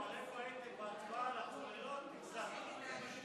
אבל "איפה הייתם בהצבעה על הצוללות" הגזמת,